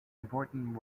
important